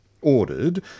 ordered